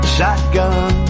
Shotgun